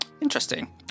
Interesting